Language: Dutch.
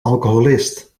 alcoholist